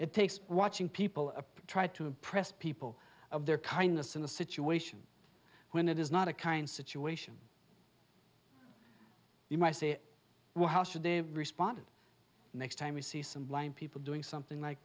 it takes watching people try to impress people of their kindness in a situation when it is not a kind situation you might say well how should they respond next time you see some people doing something like